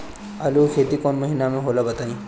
आलू के खेती कौन महीना में होला बताई?